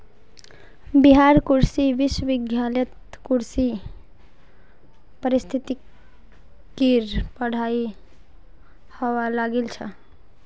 बिहार कृषि विश्वविद्यालयत कृषि पारिस्थितिकीर पढ़ाई हबा लागिल छ